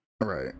Right